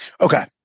Okay